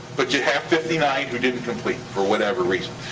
but you have fifty nine who didn't complete, for whatever reason.